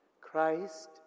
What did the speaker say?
Christ